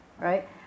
right